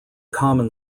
common